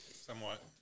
Somewhat